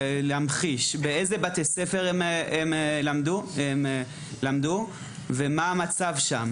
באיזה בתי ספר הם למדו ומה המצב שם?